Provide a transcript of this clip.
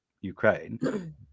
ukraine